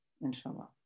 inshallah